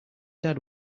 dad